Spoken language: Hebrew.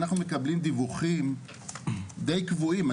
אנחנו מקבלים דיווחים די קבועים.